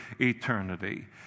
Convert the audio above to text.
eternity